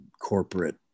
corporate